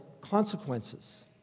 consequences